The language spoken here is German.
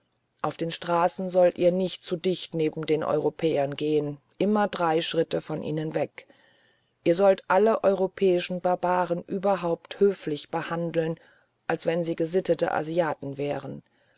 auf den straßen sollt ihr nicht zu dicht neben den europäern gehen immer drei schritte von ihnen weg ihr sollt alle europäischen barbaren überhaupt höflich behandeln als wenn sie gesittete asiaten wären